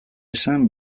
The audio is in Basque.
esan